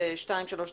במשרד האנרגיה.